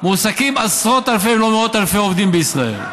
מועסקים עשרות אלפי אם לא מאות אלפי עובדים בישראל,